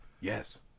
yes